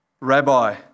Rabbi